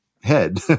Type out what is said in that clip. head